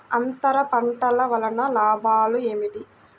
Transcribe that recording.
అంతర పంటల వలన లాభాలు ఏమిటి?